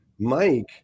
Mike